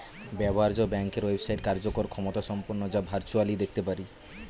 ব্যবহার্য ব্যাংকের ওয়েবসাইট কার্যকর ক্ষমতাসম্পন্ন যা ভার্চুয়ালি দেখতে পারি